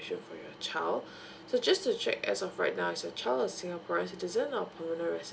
for your child so just to check as of right now is your child a singaporean citizen or permanent resident